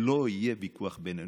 שלא יהיה ויכוח בינינו.